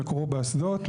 שמקורו באסדות.